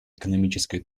экономической